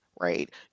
right